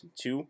two